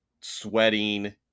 sweating